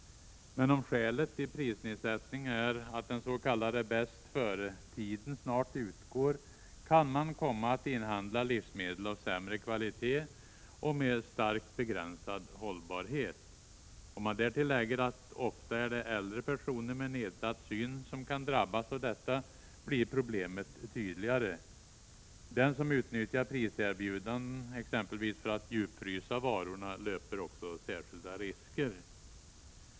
Men om skälet till prisnedsättningen är att den s.k. bäst före-tiden snart utgår, kan kunden komma att inhandla livsmedel av sämre kvalitet och med starkt begränsad hållbarhet. Om man därtill lägger att det ofta är äldre personer med nedsatt syn som kan drabbas av detta, blir problemet tydligare. Den som utnyttjar priserbjudanden för att djupfrysa varorna löper särskilda risker.